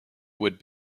would